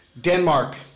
Denmark